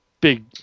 big